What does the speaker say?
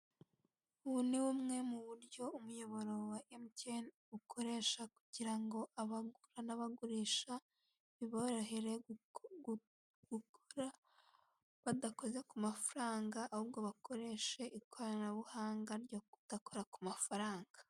Ubu ni bumwe mu buryo umuyoboro wa emutiyeni ukoresha kugira ngo abagura n'abagurisha biborihere kugura badakoze ku mafaranga ahubwo bakoreshe ikoranabuhanga ryo kudakora ku mafaranga.